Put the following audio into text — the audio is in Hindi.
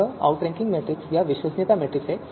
यह आउटरैंकिंग मैट्रिक्स या विश्वसनीयता मैट्रिक्स है